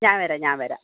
ഞാൻ വരാം ഞാൻ വരാം